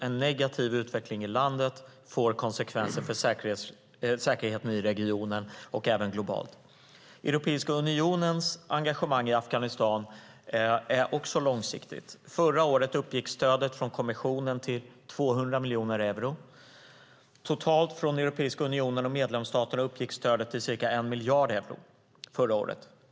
En negativ utveckling i landet får konsekvenser för säkerheten i regionen och även globalt. Europeiska unionens engagemang i Afghanistan är också långsiktigt. Förra året uppgick stödet från kommissionen till 200 miljoner euro. Totalt från Europeiska unionen och medlemsländerna uppgick stödet till ca 1 miljard euro förra året.